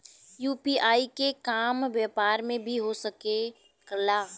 UPI के काम व्यापार में भी हो सके ला?